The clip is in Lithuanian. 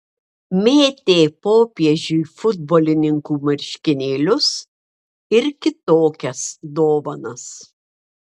mėtė popiežiui futbolininkų marškinėlius ir kitokias dovanas